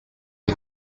die